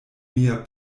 mia